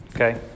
Okay